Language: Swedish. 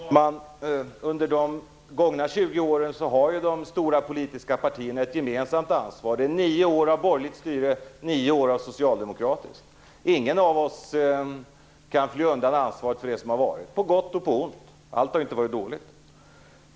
Fru talman! De stora politiska partierna har haft ett gemensamt ansvar för de gångna 20 åren. Det handlar om nio år av borgerligt styre och nio år av socialdemokratiskt. Ingen av oss kan fly undan ansvaret för det som har varit, på gott och på ont - allt har ju inte varit dåligt.